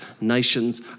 nations